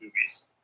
movies